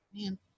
Man